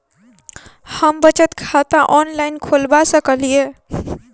हम बचत खाता ऑनलाइन खोलबा सकलिये?